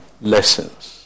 lessons